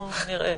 נראה.